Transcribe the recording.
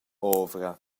ovra